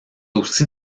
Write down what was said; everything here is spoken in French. aussi